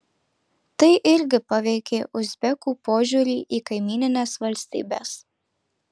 tai irgi paveikė uzbekų požiūrį į kaimynines valstybes